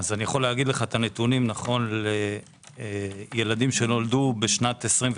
יכול לומר את הנתונים נכון לילדים שנולדו ב-21',